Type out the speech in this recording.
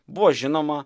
buvo žinoma